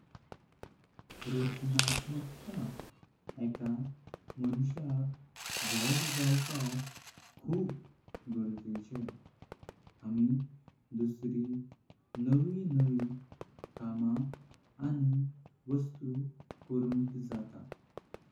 रचनात्मकता एका माणसाक वाढ जायपाक खुब जरूरीचे। आमी दुसरी नवी नवी कामा आणि वस्तु करुंक जातात।